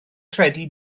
credu